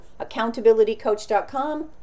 accountabilitycoach.com